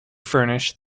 furnish